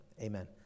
Amen